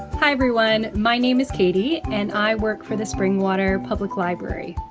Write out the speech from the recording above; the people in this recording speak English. hi everyone. my name is katie and i work for the springwater public library.